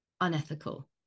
unethical